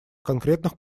конкретных